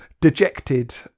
dejected